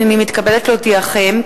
הנני מתכבדת להודיעכם,